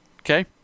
Okay